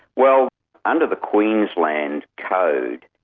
well under the queensland code,